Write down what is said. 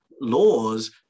laws